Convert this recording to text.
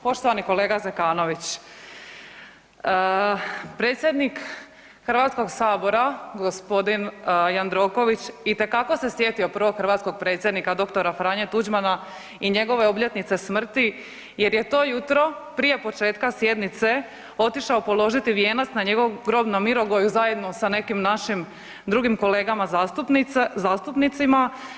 Poštovani kolega Zekanović, predsjednik HS g. Jandroković itekako se sjetio prvog hrvatskog predsjednika dr. Franje Tuđmana i njegove obljetnice smrti jer je to jutro prije početka sjednice otišao položiti vijenac na njegov grob na Mirogoju zajedno sa nekim našim drugim kolegama zastupnicima.